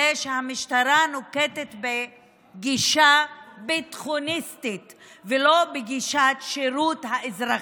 זה שהמשטרה נוקטת גישה ביטחוניסטית ולא גישת שירות לאזרחים.